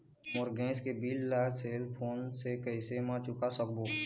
मोर gas के bill ला cell phone से कैसे म चुका सकबो?